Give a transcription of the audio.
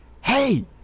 Hey